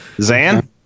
Zan